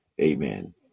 Amen